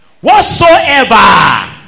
Whatsoever